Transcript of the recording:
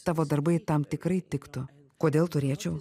tavo darbai tam tikrai tiktų kodėl turėčiau